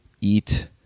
eat